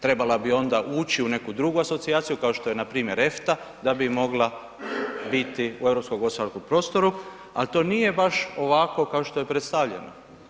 Trebala bi onda ući u neku drugu asocijacija kao što je npr. EFTA da bi mogla biti u europskom gospodarskom prostoru ali to nije baš ovako kao što je predstavljeno.